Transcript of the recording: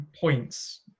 points